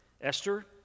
Esther